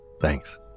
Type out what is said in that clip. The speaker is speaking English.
Thanks